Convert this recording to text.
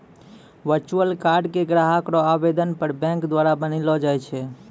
virtual card के ग्राहक रो आवेदन पर बैंक द्वारा बनैलो जाय छै